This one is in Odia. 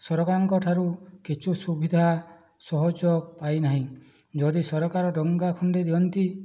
ସରକାରଙ୍କଠାରୁ କିଛି ସୁବିଧା ସହଯୋଗ ପାଇନାହିଁ ଯଦି ସରକାର ଡଙ୍ଗା ଖଣ୍ଡେ ଦିଅନ୍ତି